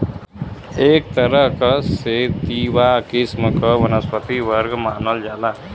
एक तरह क सेतिवा किस्म क वनस्पति वर्ग मानल जाला